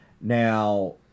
Now